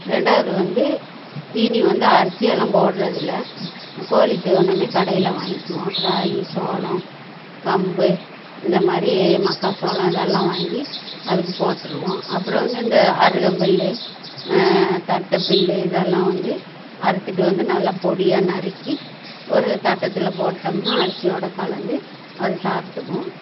ரெண்டாவது வந்து தீனி வந்து அரிசியெலாம் போடுறதில்ல கோழி தீவனமே கடையில் வாங்கிக்குவோம் ராகி சோளம் கம்பு இந்த மாதிரி மக்கா சோளம் இதெல்லாம் வாங்கி அதுக்கு போட்டுருவோம் அப்புறம் வந்து இந்த அருகம்புல்லு தட்டை புல்லு இதெல்லாம் வந்து அறுத்துட்டு வந்து நல்லா பொடியாக நறுக்கி ஒரு தட்டத்தில் போட்டோம்னால் அரிசியோடு கலந்து அது சாப்பிட்டுக்கும்